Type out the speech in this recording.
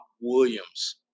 Williams